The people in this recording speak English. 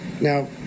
now